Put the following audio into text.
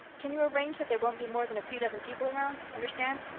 can you arrange that there won't be more than a few dozen people round? understand?